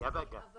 אבל